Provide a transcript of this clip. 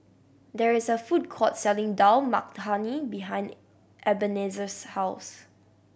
there is a food court selling Dal Makhani behind Ebenezer's house